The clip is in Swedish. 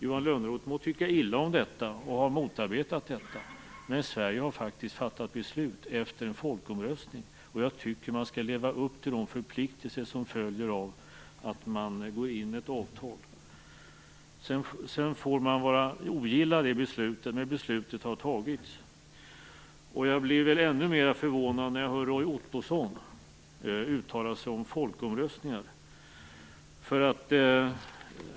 Johan Lönnroth må tycka illa om och ha motarbetat detta, men Sverige har faktiskt fattat beslut efter en folkomröstning, och jag tycker att man skall leva upp till de förpliktelser som följer av att man ingår ett avtal. Man kan ogilla beslutet, men beslutet har fattats. Jag blir ännu mera förvånad när jag hör Roy Ottosson uttala sig om folkomröstningar.